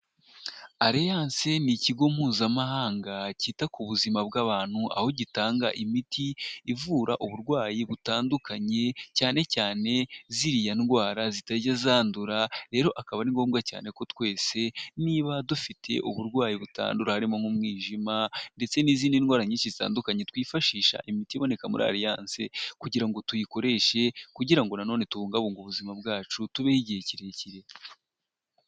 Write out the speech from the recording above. Ariyance ni ikigo mpuzamahanga, cyita ku buzima bw'abantu, aho gitanga imiti ivura uburwayi butandukanye, cyane cyane, ziriya ndwara zitajya zandura, rero akaba ari ngombwa cyane ko twese niba dufite uburwayi butandura, harimo nk'umwijima ndetse n'izindi ndwara nyinshi zitandukanye, twifashisha imiti iboneka muri ariyance, kugira ngo tuyikoreshe, kugira ngo na none, tubungabunge ubuzima bwacu, tubeho igihe kirekire.